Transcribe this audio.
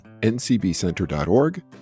ncbcenter.org